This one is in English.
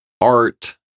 art